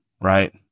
right